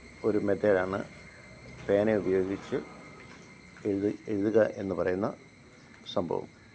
ഒരു മെത്തേഡ് ആണ് പേന ഉപയോഗിച്ച് എഴുതി എഴുതുക എന്ന് പറയുന്ന സംഭവം